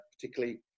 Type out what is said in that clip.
particularly